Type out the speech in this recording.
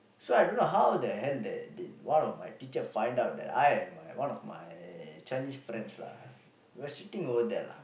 so I don't know how the hell that did one of my teacher find out that I and my one of my Chinese friend lah will sitting over there lah